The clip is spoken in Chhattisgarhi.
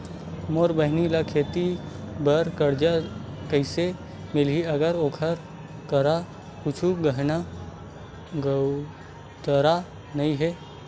मोर बहिनी ला खेती बार कर्जा कइसे मिलहि, अगर ओकर करा कुछु गहना गउतरा नइ हे?